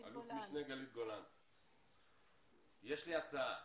יש לי הצעה.